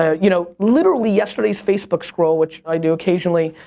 ah you know literally, yesterday's facebook scroll, which i do occasionally,